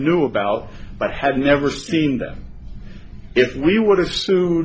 knew about but had never seen them if we would have